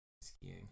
skiing